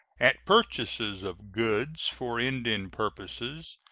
at purchases of goods for indian purposes,